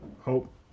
Hope